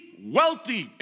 Wealthy